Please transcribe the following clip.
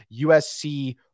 usc